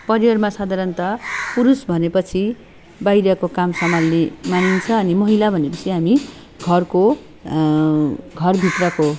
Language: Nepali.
परिवारमा साधारण त पुरूष भनेपछि बाहिरको काम सम्हाल्ने मानिन्छ अनि महिला भनेपछि हामी पनि घरको घरभित्रको